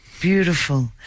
Beautiful